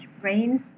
brain